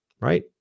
right